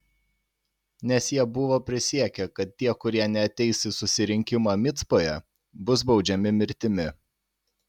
nes jie buvo prisiekę kad tie kurie neateis į susirinkimą micpoje bus baudžiami mirtimi